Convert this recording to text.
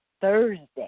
Thursday